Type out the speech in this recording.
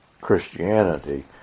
Christianity